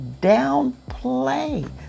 downplay